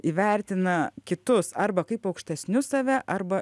įvertina kitus arba kaip aukštesnius save arba